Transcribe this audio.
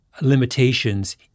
limitations